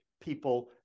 people